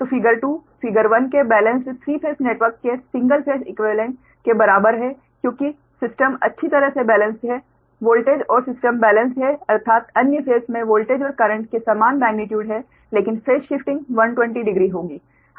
तो figure 2 figure 1 के balanced 3 phase network के सिंगल फेस इक्वीवेलेंट के बराबर है क्योंकि सिस्टम अच्छी तरह से बेलेंस्ड है वोल्टेज और सिस्टम बेलेंस्ड है अर्थात अन्य फेस में वोल्टेज और करेंट के समान मेग्नीट्यूड है लेकिन फेज शिफ्टिंग 120 डिग्री होगी